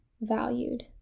valued